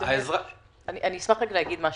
אני אשמח להגיד משהו.